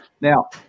Now